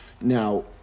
Now